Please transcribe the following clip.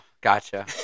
gotcha